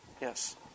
Yes